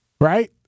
right